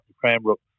Cranbrook